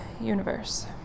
universe